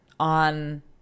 On